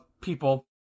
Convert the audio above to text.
people